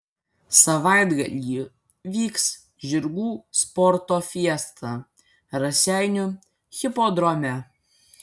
savaitgalį vyks žirgų sporto fiesta raseinių hipodrome